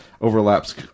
overlaps